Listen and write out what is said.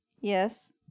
Yes